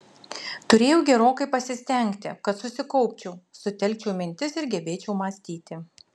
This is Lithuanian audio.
turėjau gerokai pasistengti kad susikaupčiau sutelkčiau mintis ir gebėčiau mąstyti